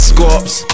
Scorps